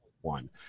one